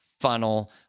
funnel